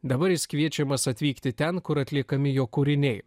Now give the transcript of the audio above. dabar jis kviečiamas atvykti ten kur atliekami jo kūriniai